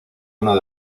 uno